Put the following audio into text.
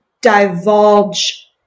divulge